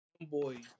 boy